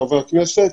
חברי הכנסת.